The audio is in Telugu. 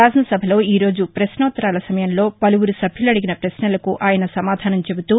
శాసన సభలో ఈ రోజు పశ్వోత్తరాల సమయంలో పలువురు సభ్యులు అడిగిన పశ్నలకు ఆయన సమాధానం చెబుతూ